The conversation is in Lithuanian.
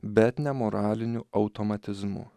bet ne moraliniu automatizmu